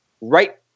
right